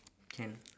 can